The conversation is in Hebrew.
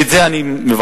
ואת זה אני מבקש.